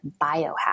biohack